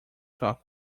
talk